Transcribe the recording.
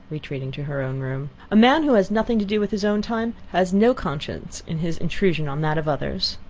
retreating to her own room. a man who has nothing to do with his own time has no conscience in his intrusion on that of others.